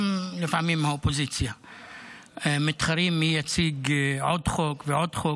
גם לפעמים האופוזיציה, מי יציג עוד חוק ועוד חוק.